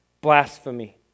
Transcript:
Blasphemy